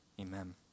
Amen